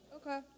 Okay